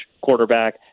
quarterback